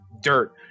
dirt